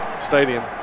stadium